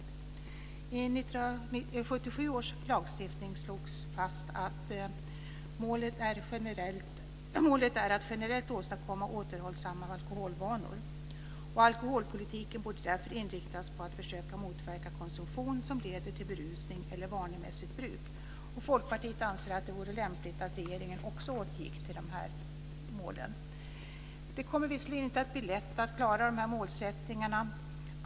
I 1977 års lagstiftning slogs fast att målet är att generellt åstadkomma återhållsamma alkoholvanor och att alkoholpolitiken därför borde inriktas på att försöka motverka konsumtion som leder till berusning eller vanemässigt bruk. Folkpartiet anser att det vore lämpligt att regeringen återgick till det målet. Det kommer visserligen inte att bli lätt att klara de här målsättningarna.